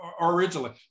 originally